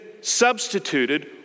substituted